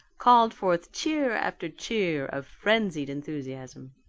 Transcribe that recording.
called forth cheer after cheer of frenzied enthusiasm.